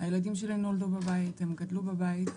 הילדים שלי נולדו בבית, הם גדלו בבית.